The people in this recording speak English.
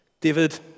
David